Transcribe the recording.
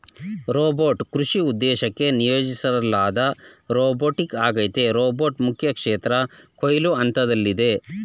robot ಕೃಷಿ ಉದ್ದೇಶಕ್ಕೆ ನಿಯೋಜಿಸ್ಲಾದ ರೋಬೋಟ್ಆಗೈತೆ ರೋಬೋಟ್ ಮುಖ್ಯಕ್ಷೇತ್ರ ಕೊಯ್ಲು ಹಂತ್ದಲ್ಲಿದೆ